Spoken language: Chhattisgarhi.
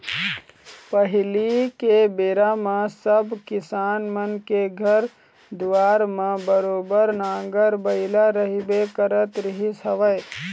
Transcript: पहिली के बेरा म सब किसान मन के घर दुवार म बरोबर नांगर बइला रहिबे करत रहिस हवय